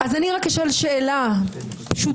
אז רק אשאל שאלה פשוטה